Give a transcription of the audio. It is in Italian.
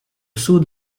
sud